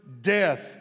death